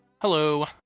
Hello